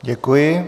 Děkuji.